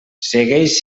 segueix